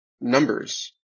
numbers